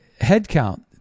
headcount